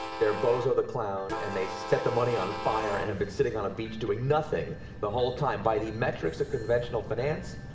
they're bozo the clown and set the money on fire and have been sitting on a beach doing nothing the whole time. by the metrics of conventional finance,